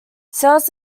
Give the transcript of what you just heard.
sales